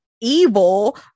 evil